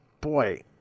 boy